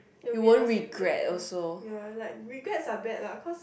you'll be the same thing lah ya like regrets are bad lah cause